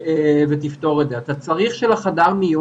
וזה כנראה קשור לא לזה שהבנות חולות יותר,